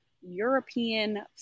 European